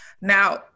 Now